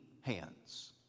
hands